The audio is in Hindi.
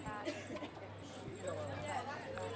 होता है सब लाना